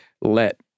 let